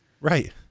Right